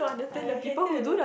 I hated